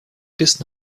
bis